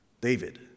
David